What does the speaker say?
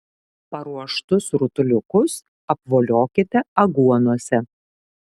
paruoštus rutuliukus apvoliokite aguonose